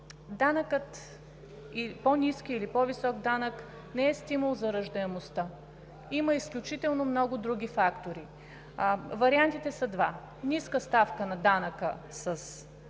данъкът – по-нисък или по-висок, не е стимул за раждаемостта. Има изключително много други фактори. Вариантите са два: ниска ставка на данъка с